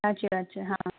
સાચી વાત છે હા